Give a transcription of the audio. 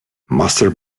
master